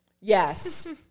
Yes